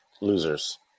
Losers